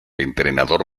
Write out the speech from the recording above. entrenador